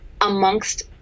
amongst